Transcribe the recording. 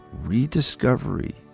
rediscovery